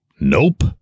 Nope